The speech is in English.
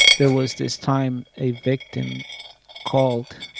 there was this time a victim called,